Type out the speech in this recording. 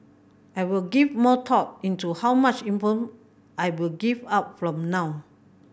I will give more thought into how much inform I will give out from now